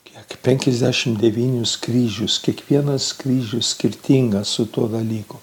kiek penkiasdešimt devynis kryžius kiekvienas kryžių skirtingas su tuo dalyku